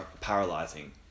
paralyzing